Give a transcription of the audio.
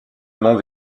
noms